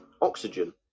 oxygen